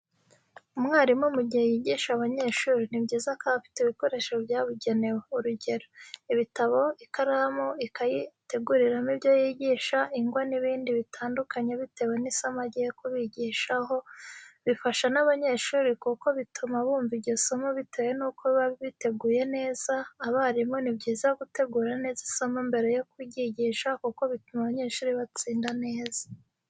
Umwarimu mu gihe yigisha abanyeshuri ni byiza ko aba afite ibikoresho byabugenewe urugero: ibitabo, ikaramu, ikayi ateguriramo ibyo yigisha, ingwa n`ibindi bitandukanye bitewe nisomo agiye kubigishaho, bifasha n'abanyeshuri kuko bituma bumva iryo somo bitewe nuko biba biteguye neza, abarimu ni byiza gutegura neza isomo mbere yo kuryigisha kuko bituma abanyeshuri batsinda neza.